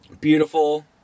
Beautiful